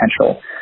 potential